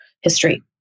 history